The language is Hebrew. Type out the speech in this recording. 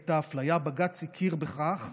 היית אפליה, בג"ץ הכיר בכך,